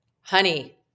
Honey